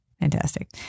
Fantastic